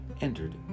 entered